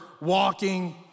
walking